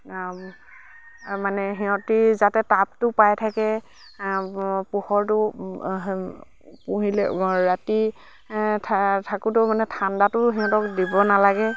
মানে সিহঁতি যাতে তাপটো পাই থাকে পোহৰটো পুহিলে ৰাতি থাকোঁতেও মানে ঠাণ্ডাটো সিহঁতক দিব নালাগে